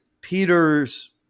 Peter's